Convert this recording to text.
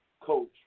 coach